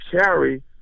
carry